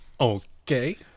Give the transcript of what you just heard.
Okay